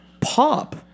pop